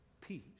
peace